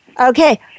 Okay